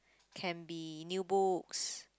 can be new books